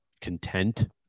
content